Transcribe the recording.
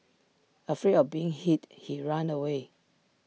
afraid of being hit he ran away